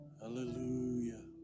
Hallelujah